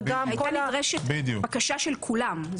הייתה נדרשת בקשה של כולם.